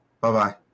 Bye-bye